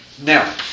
Now